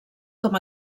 com